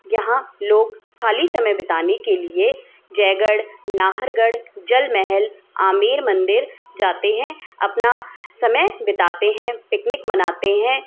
यहाँ लोग ख़ाली समय बिताने के लिए जयगढ़ नाहरगढ़ जल महल आमेर मंदिर जाते हैं अपना समय बिताते हैं पिकनिक मनाते हैं